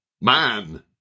man